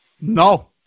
No